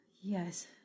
Yes